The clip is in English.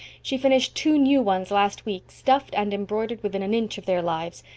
she finished two new ones last week, stuffed and embroidered within an inch of their lives.